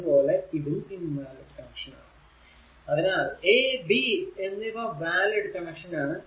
അതുപോലെ ഇതും invalid connection ആണ് അതിനാൽ a b എന്നിവ വാലിഡ് കണക്ഷൻ ആണ്